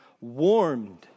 warmed